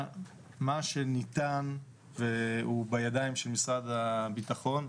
מה שניתן והוא בידיים של משרד הביטחון,